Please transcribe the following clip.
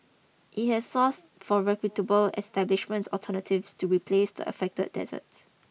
it has sourced from reputable establishments alternatives to replace the affected desserts